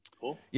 Cool